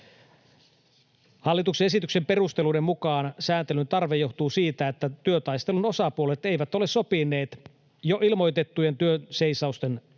Hallituksen esityksen perusteluiden mukaan sääntelyn tarve johtuu siitä, että työtaistelun osapuolet eivät ole sopineet jo ilmoitettujen työnseisausten aikaisesta